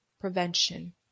prevention